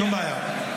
שום בעיה.